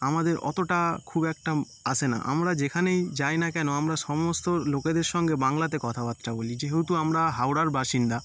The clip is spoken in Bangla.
আমাদের অতটা খুব একটা আসে না আমরা যেখানেই যাই না কেন আমরা সমস্ত লোকেদের সঙ্গে বাংলাতে কথাবার্তা বলি যেহেতু আমরা হাওড়ার বাসিন্দা